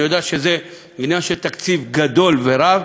אני יודע שזה עניין של תקציב גדול ורב,